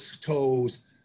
toes